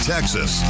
Texas